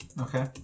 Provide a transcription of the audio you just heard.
Okay